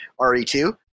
RE2